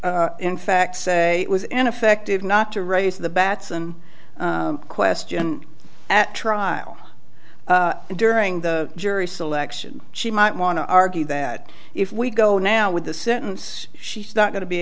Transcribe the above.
in fact say it was ineffective not to raise the batson question at trial and during the jury selection she might want to argue that if we go now with the sentence she's not going to be